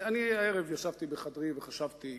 הערב ישבתי בחדרי וחשבתי,